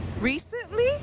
recently